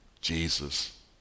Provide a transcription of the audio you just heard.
Jesus